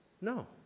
No